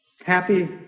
Happy